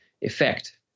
effect